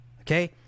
okay